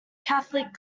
catholic